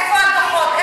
איפה הדוחות?